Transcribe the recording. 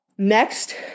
Next